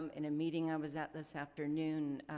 um in a meeting i was at this afternoon,